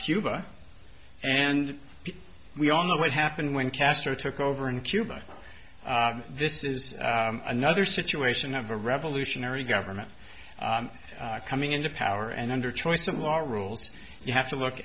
cuba and we all know what happened when castro took over in cuba this is another situation of a revolutionary government coming into power and under choice of law rules you have to look